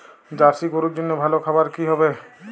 Jersey গরুর জন্য ভালো খাবার কি হবে?